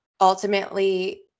ultimately